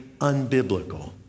unbiblical